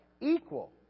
equal